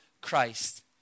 Christ